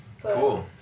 Cool